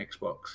xbox